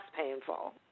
painful